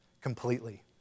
completely